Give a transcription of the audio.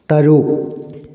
ꯇꯔꯨꯛ